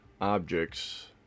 objects